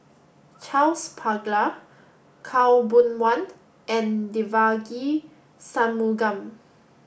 Charles Paglar Khaw Boon Wan and Devagi Sanmugam